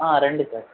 రండి సార్